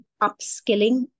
upskilling